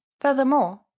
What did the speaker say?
furthermore